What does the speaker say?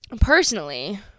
personally